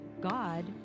God